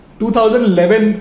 2011